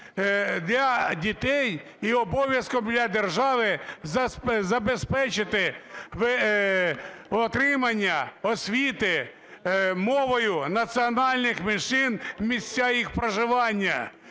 для дітей і обов'язком для держави забезпечити отримання освіти мовою національних меншин в місцях їх проживання.